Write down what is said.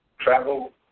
travel